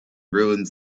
ruins